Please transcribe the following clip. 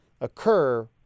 occur